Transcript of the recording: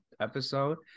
episode